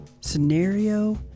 Scenario